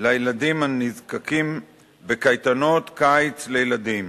לילדים הנזקקים בקייטנות קיץ לילדים,